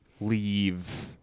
leave